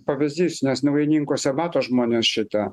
pavyzdys nes naujininkuose mato žmonės šitą